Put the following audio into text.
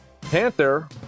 Panther